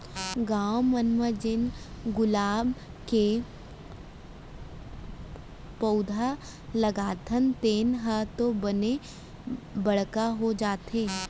गॉव मन म जेन गुलाब के पउधा लगाथन तेन ह तो बने बड़का हो जाथे